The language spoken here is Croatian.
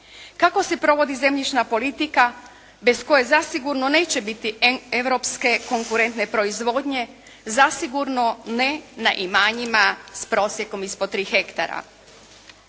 Kako se provodi zemljišna politika bez koje zasigurno neće biti europske konkurentne proizvodnje zasigurno ne na imanjima sa prosjekom ispod tri hektara.